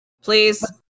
Please